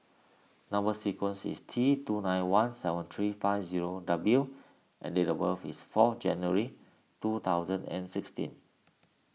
Number Sequence is T two nine one seven three five zero W and date of birth is four January two thousand and sixteen